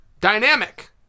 Dynamic